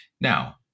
Now